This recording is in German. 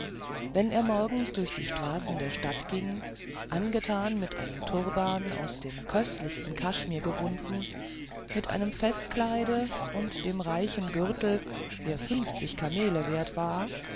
wenn er morgens durch die straßen der stadt ging angetan mit einem turban aus den köstlichsten kaschmirs gewunden mit dem festkleide und dem reichen gürtel der fünfzig kamele wert war